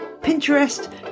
Pinterest